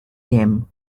them